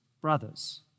brothers